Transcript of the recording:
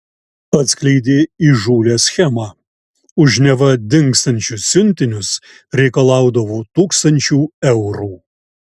atskleidė įžūlią schemą už neva dingstančius siuntinius reikalaudavo tūkstančių eurų